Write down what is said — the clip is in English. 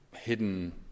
hidden